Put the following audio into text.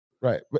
right